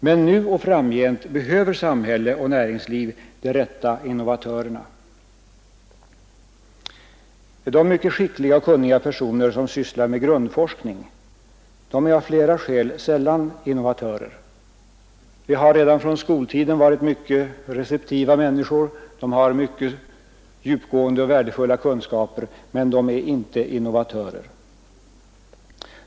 Men nu och framgent behöver samhället och näringslivet de rätta innovatörerna. De mycket skickliga och kunniga personer som sysslar med grundforskning är av flera skäl sällan innovatörer. De har redan från skoltiden varit mycket receptiva människor, de har mycket djupgående och värdefulla kunskaper, men de är inte innovatörer.